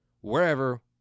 wherever